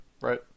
right